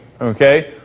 okay